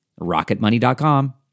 rocketmoney.com